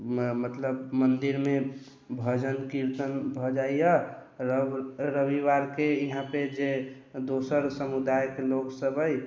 मतलब मन्दिरमे भजन कीर्तन भऽ जाइए रव रविवारके यहाँपे जे दोसर समुदायके लोकसभ अइ